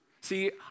See